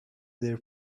there